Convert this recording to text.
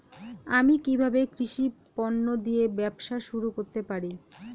আমি কিভাবে কৃষি পণ্য দিয়ে ব্যবসা শুরু করতে পারি?